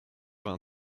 vingt